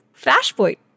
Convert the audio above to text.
flashpoint